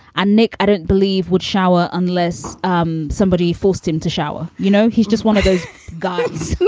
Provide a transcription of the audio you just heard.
and nick, i don't believe, would shower unless um somebody forced him to shower you know, he's just one of those guys